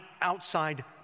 outside